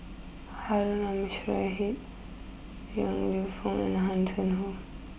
Harun Yong Lew Foong and Hanson Ho